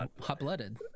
hot-blooded